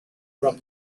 from